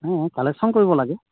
অঁ কালেকশ্যন কৰিব লাগে